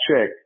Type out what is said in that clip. check